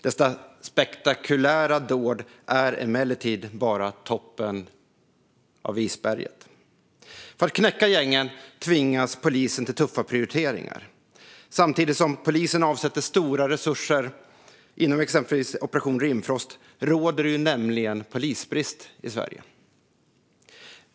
Dessa spektakulära dåd är emellertid bara toppen av isberget. För att knäcka gängen tvingas polisen till tuffa prioriteringar. Samtidigt som polisen avsätter stora resurser inom exempelvis Operation Rimfrost råder det nämligen polisbrist i Sverige.